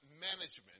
management